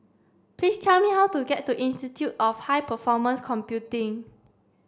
please tell me how to get to Institute of High Performance Computing